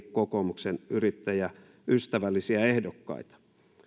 kokoomuksen yrittäjäystävällisiä ehdokkaita